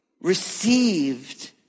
received